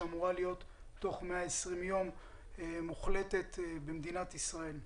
שאמורה להיות תוך 120 יום מוחלטת במדינת ישראל.